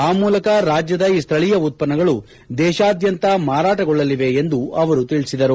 ಆ ಮೂಲಕ ರಾಜ್ಯದ ಈ ಸ್ಥಳೀಯ ಉತ್ಪನ್ನಗಳು ದೇತಾದ್ದಂತ ಮಾರಾಟಗೊಳ್ಳಲಿವೆ ಎಂದು ಅವರು ತಿಳಿಸಿದರು